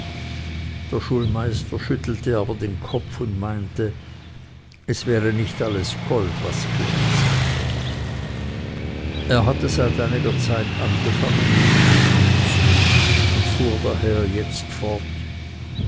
der schulmeister schüttelte aber den kopf und meinte es wäre nicht alles gold was glänze er hatte seit einiger zeit angefangen mich zu duzen und fuhr daher jetzt fort